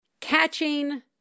catching